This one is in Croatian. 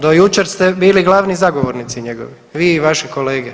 Do jučer ste bili glavni zagovornici njegovi vi i vaši kolege.